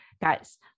guys